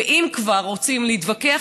ואם כבר רוצים להתווכח,